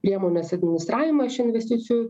priemonės administravimą iš investicijų